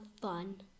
fun